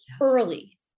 early